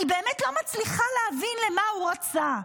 אני באמת לא מצליחה להבין מה הוא רצה.